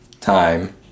time